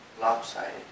lopsided